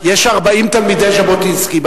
אם הם היו פה האולם היה, יש 40 תלמידי ז'בוטינסקי.